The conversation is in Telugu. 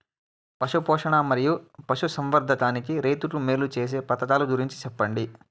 పశు పోషణ మరియు పశు సంవర్థకానికి రైతుకు మేలు సేసే పథకాలు గురించి చెప్పండి?